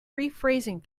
rephrasing